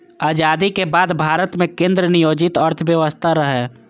आजादीक बाद भारत मे केंद्र नियोजित अर्थव्यवस्था रहै